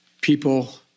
people